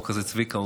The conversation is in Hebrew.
צביקה,